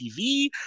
TV